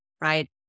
right